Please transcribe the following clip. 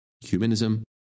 humanism